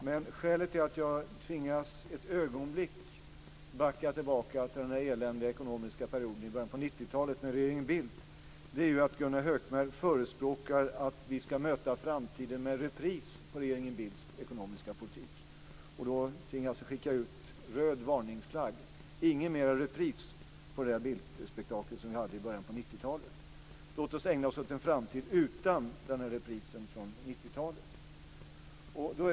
Men skälet till att jag ett ögonblick tvingas backa tillbaka till den eländiga ekonomiska perioden i början av 90-talet med regeringen Bildt är att Gunnar Högmark förespråkar att vi ska möta framtiden med repris på regeringen Bildts ekonomiska politik. Och då tvingas jag skicka ut röd varningsflagg. Ingen mer repris på det Bildtspektakel vi hade i början av 90 talet! Låt oss ägna oss åt en framtid utan en repris från 90-talet.